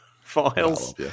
files